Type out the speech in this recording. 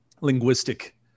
linguistic